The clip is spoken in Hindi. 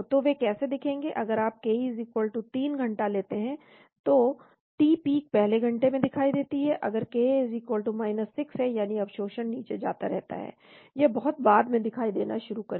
तो वे कैसे दिखेंगे अगर आप ka 3 घंटा लेते हैं तो तो t पीक पहले घंटे में दिखाई देती है अगर ka 06 है यानी अवशोषण नीचे जाता रहता है यह बहुत बाद में दिखाई देना शुरू करेगा